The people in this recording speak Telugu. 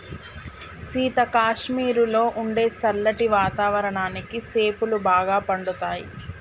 సీత కాశ్మీరులో ఉండే సల్లటి వాతావరణానికి సేపులు బాగా పండుతాయి